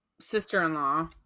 sister-in-law